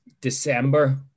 December